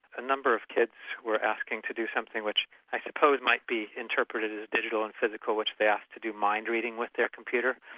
a number of kids were asking to do something which i suppose might be interpreted as digital and physical, which they asked to do mind-reading with their computer.